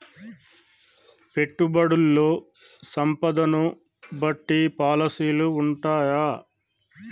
పెట్టుబడుల్లో సంపదను బట్టి పాలసీలు ఉంటయా?